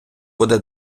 буде